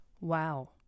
Wow